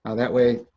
ah that way,